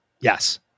Yes